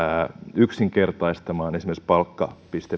yksinkertaistamaan esimerkiksi palkka